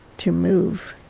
to move